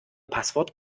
passwort